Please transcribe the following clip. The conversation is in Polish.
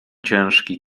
ciężki